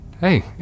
hey